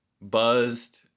buzzed